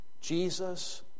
Jesus